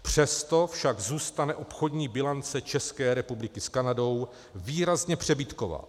Přesto však zůstane obchodní bilance České republiky s Kanadou výrazně přebytková.